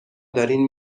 دارین